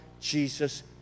Jesus